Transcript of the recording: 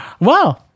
Wow